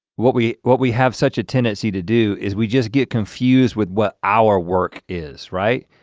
what we what we have such a tendency to do is we just get confused with what our work is, right?